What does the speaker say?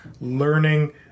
learning